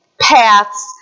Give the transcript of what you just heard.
paths